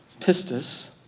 pistis